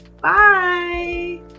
Bye